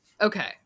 Okay